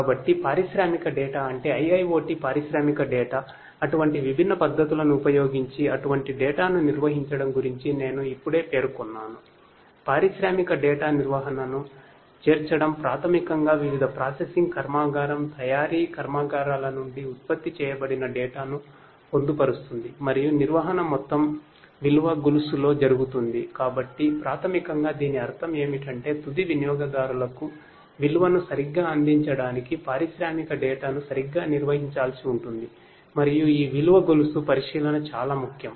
కాబట్టి పారిశ్రామిక డేటా ను సరిగ్గా నిర్వహించాల్సి ఉంటుంది మరియు ఈ విలువ గొలుసు పరిశీలన చాలాముఖ్యం